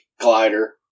glider